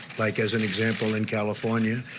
like as an example, in california,